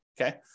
Okay